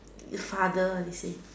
your father they say